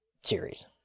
series